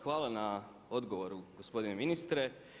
Hvala na odgovoru gospodine ministre.